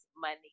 money